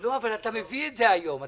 אבל אתה מביא את זה היום,